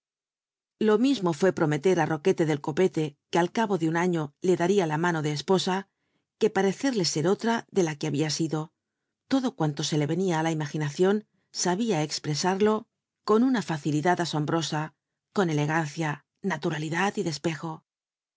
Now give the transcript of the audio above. lo mismo rué prom cltr il lfuquele del cupee que al cabo de un afio le daría la mano de l po a que parecerle ser otra de la que había ido lodo cuan lo se le enía t la imaginacion sabia cprc arlo con una racilitlad biblioteca nacional de españa asombrosa con cle ancia nalmalidad y despejo desde